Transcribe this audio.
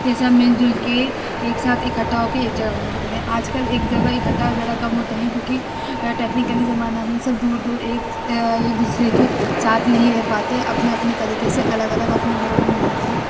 یہ سب مل جل کے ایک ساتھ اکٹھا ہوکے ایک جگہ مناتے تھے آج کل ایک جگہ اکٹھا ذرا کم ہوتے ہیں کیوںکہ ٹیکنکلی زمانہ سب دور دور ایک ایک دوسرے کے ساتھ نہیں رہ پاتے اپنے اپنے طریقے سے الگ الگ اپنے گھروں میں مناتے ہیں